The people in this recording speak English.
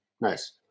nice